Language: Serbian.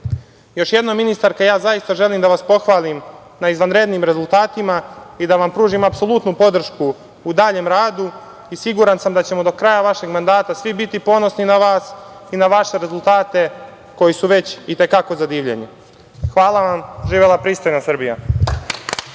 jednom, ministarka, zaista želim da vas pohvalim na izvanrednim rezultatima i da vam pružim apsolutnu podršku u daljem radu i siguran sam da ćemo do kraja vašeg mandata svi biti ponosni na vas i na vaše rezultate koji su već i te kako za divljenje. Hvala, vam. Živela pristojna Srbija.